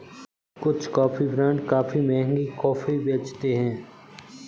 कुछ coffee brand काफी महंगी कॉफी बेचते हैं